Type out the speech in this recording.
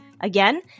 Again